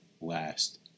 last